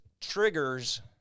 triggers